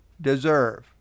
deserve